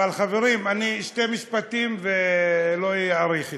אבל, חברים, אני, שני משפטים ולא אאריך אתכם.